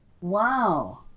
Wow